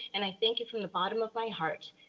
and i think it's from the bottom of my heart.